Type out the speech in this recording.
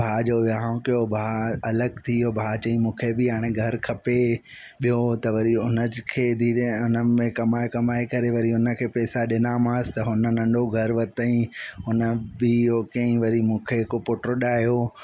भाउ जो विहांउ कयो भाउ अलॻि थी वियो भाउ चयईं मूंखे बि हाणे घरु खपे ॿियो त वरी हुन खे धीरे हुन में कमाए कमाए वरी हुन खे पेसा ॾिनामासि त हुन नंढो घर वरितईं हुन बि इहो कयईं वरी पोइ मूंखे हिकु पुटु ॼायो